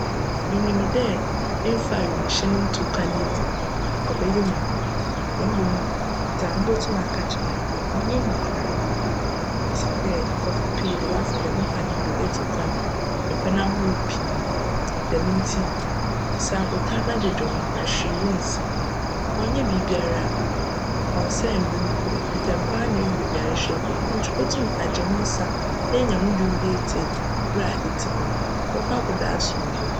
Minyim dj mmfa hwimhyjn nntuu kwan ntsi, cbjyj wo hu na mbom dza mobotum aka akyerjw wo nye dj, cnnyj hu koraa osiandj nkorcfo pii na wcafa djm kwan yi do etu kwan mpjn ahorow pii. Djm ntsi sie abotar na dwedwe wo ho na hwee rinnsi. Cnnyj biribiara, cnnsj mber mpo, ntsjm pa no na edur beebi a erohwehwj ekodur ntsi ibotum agye wo nsa na enya wo ndwom bi etsie ber a este mu no, ibckc ekodur asomdwee mu.